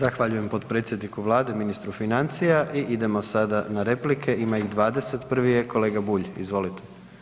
Zahvaljujem potpredsjedniku vlade i ministru financija i idemo sada na replike, ima ih 20, prvi je kolega Bulj izvolite.